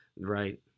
Right